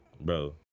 Bro